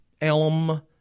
elm